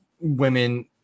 women